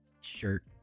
shirt